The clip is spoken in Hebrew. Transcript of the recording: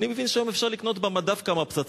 אני מבין שהיום אפשר לקנות במדף כמה פצצות.